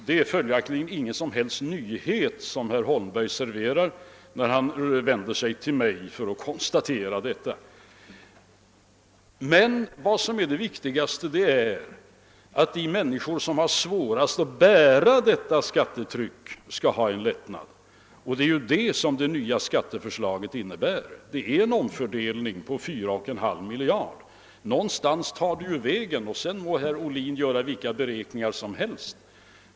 Det är följaktligen ingen som helst nyhet herr Holmberg serverar när han vänder sig till mig för att konstatera detta. Vad som är det viktigaste är att de människor som har svårast att hära detta skattetryck skall få en lättnad. Det är detta som det nya skatteförslaget innebär. Det är en omfördelning på 4,5 miljarder. Någonstans tar pengarna vägen, sedan må herr Ohlin göra vilka beräkningar som helst.